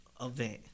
event